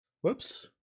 Whoops